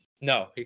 No